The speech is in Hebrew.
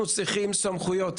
אנחנו צריכים סמכויות,